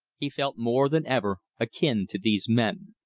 he felt more than ever akin to these men.